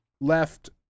left